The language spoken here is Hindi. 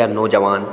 या नोजवान